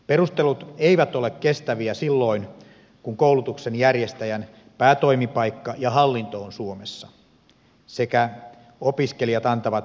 perustelut eivät ole kestäviä silloin kun koulutuksen järjestäjän päätoimipaikka ja hallinto on suomessa sekä opiskelijat antavat näyttötutkintonsa suomessa